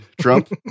Trump